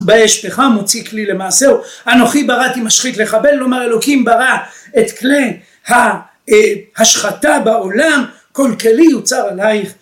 באש פחם הוציא כלי למעשה הוא אנוכי בראתי משחית לחבל כלומר אלוקים ברא את כלי ההשחטה בעולם כל כלי יוצר עלייך